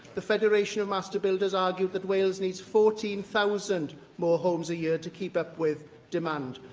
the federation of master builders argued that wales needs fourteen thousand more homes a year to keep up with demand.